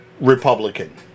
Republican